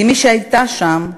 כמי שהייתה שם,